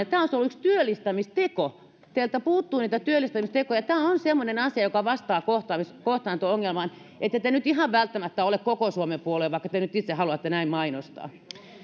tämä olisi ollut työllistämisteko teiltä puuttuu niitä työllistämistekoja tämä on semmoinen asia joka vastaa kohtaanto kohtaanto ongelmaan ette te nyt ihan välttämättä ole koko suomen puolue vaikka te nyt itse haluatte näin mainostaa